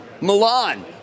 Milan